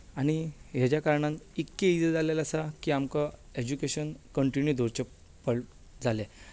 आनी हाच्या कारणान इतलें इझी जाल्लें आसा की आमकां एजुकेशन कंन्टिनिव दवरचें जालें